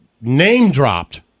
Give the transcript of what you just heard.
name-dropped